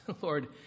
Lord